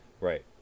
Right